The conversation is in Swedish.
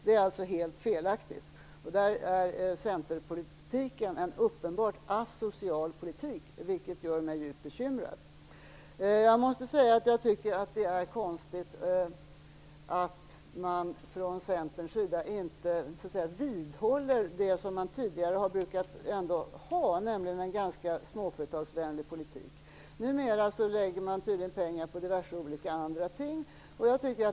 Det är alltså helt felaktigt. Här är centerpolitiken uppenbart en asocial politik, vilket gör mig djupt bekymrad. Jag måste säga att jag tycker att det är konstigt att man från centerns sida inte vidhåller det som man tidigare ändå har brukat ha, nämligen en ganska småföretagsvänlig politik. Numera lägger man tydligen pengar på diverse andra olika ting.